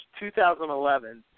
2011